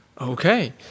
Okay